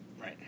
Right